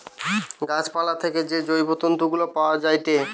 গাছ পালা থেকে যে জৈব তন্তু গুলা পায়া যায়েটে